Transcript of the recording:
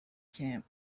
camp